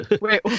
Wait